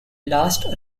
last